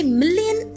million